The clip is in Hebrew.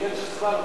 זה עניין של זמן רק.